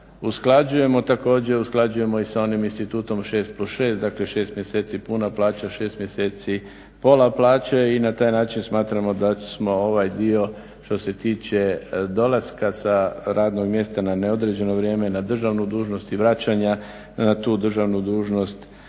usklađujemo i sa onim institutom 6+6, dakle 6 mjeseci puna plaća, 6 mjeseci pola plaće i na taj način smatramo da smo ovaj dio što se tiče dolaska sa radnog mjesta na neodređeno vrijeme na državnu dužnost i vraćanja na tu državnu dužnost